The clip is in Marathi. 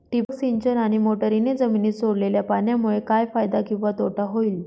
ठिबक सिंचन आणि मोटरीने जमिनीत सोडलेल्या पाण्यामुळे काय फायदा किंवा तोटा होईल?